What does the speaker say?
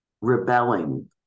rebelling